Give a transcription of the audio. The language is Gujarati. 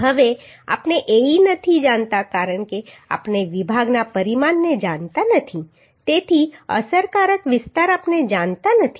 હવે આપણે Ae નથી જાણતા કારણ કે આપણે વિભાગના પરિમાણને જાણતા નથી તેથી અસરકારક વિસ્તાર આપણે જાણતા નથી